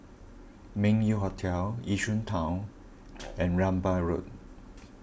Meng Yew Hotel Yishun Town and Rambai Road